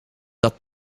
dat